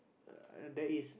uh there is